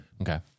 Okay